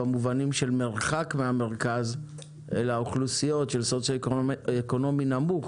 במובנים של מרחק מן המרכז לאוכלוסיות במעמד סוציו-אקונומי נמוך